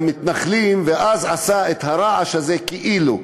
מהמתנחלים, ואז עשה את הרעש הזה כאילו.